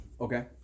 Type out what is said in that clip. Okay